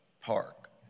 Park